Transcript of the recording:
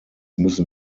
müssen